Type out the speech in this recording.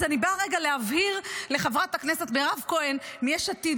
אז אני באה רגע להבהיר לחברת הכנסת מירב כהן מיש עתיד,